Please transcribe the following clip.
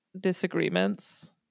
Disagreements